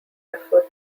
refer